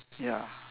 ya